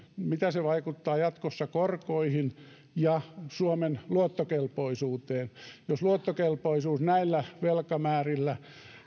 mitä se vaikuttaa jatkossa korkoihin ja suomen luottokelpoisuuteen jos luottokelpoisuus näillä velkamäärillä